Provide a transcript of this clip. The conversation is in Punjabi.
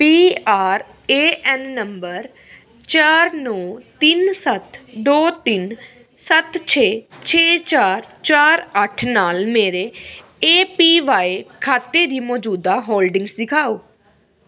P R A N number ਚਾਰ ਨੌਂ ਤਿੰਨ ਸੱਤ ਦੋ ਤਿੰਨ ਸੱਤ ਛੇ ਛੇ ਚਾਰ ਚਾਰ ਅੱਠ ਨਾਲ ਮੇਰੇ ਏ ਪੀ ਵਾਏ ਖਾਤੇ ਦੀ ਮੌਜੂਦਾ ਹੋਲਡਿੰਗਜ਼ ਦਿਖਾਓ